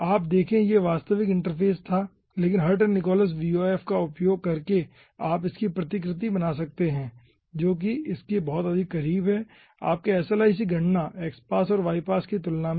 आप देखे यह वास्तविक इंटरफ़ेस था लेकिन हर्ट एंड निकोल्स VOF का उपयोग करके आप इसकी प्रतिकृति बना सकते हैं जो कि इस के अधिक क़रीब है आपके SLIC गणना x पास और y पास की तुलना में